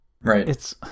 Right